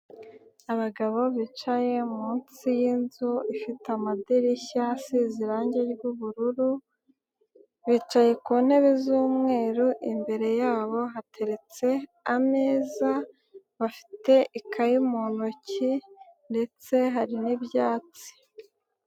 Abagabo bicaye munsi yinzu ifite amadirishya asize irangi ry'ubururu ,bicaye ku ntebe z'umweru imbere yabo hateretse ameza , bafite ikaye mu ntoki ndetse hari n'ibyatsi.